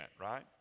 right